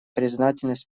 признательность